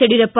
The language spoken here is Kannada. ಯಡಿಯೂರಪ್ಪ